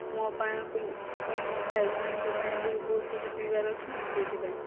ମୋ ପାଇଁ କିଣି ପୁଣି ମୋ ଭାଇ ଭଉଣୀଙ୍କ ପାଇଁ ବି ବହୁତ କିଛି କିଣିବାର ଅଛି ନା ସେହିଥିପାଇଁ